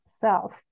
self